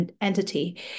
entity